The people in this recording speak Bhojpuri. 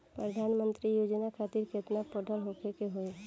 प्रधानमंत्री योजना खातिर केतना पढ़ल होखे के होई?